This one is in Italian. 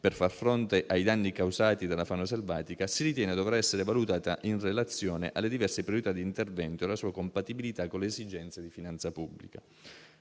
per far fronte ai danni causati dalla fauna selvatica si ritiene dovrà essere valutata in relazione alle diverse priorità d'intervento e alla sua compatibilità con le esigenze di finanza pubblica.